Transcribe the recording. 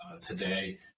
today